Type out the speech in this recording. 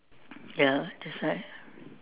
ya that's why